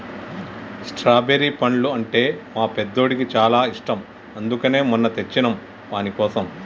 strawberry పండ్లు అంటే మా పెద్దోడికి చాలా ఇష్టం అందుకనే మొన్న తెచ్చినం వానికోసం